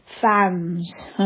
fans